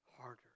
harder